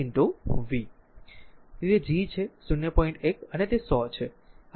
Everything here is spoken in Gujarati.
1 અને તે 100 છે i 10 એમ્પીયર બરાબર